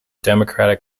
democratic